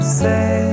say